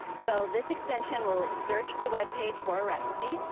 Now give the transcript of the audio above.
so this extension will search the web page for a recipe,